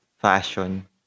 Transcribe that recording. fashion